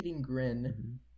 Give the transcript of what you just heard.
grin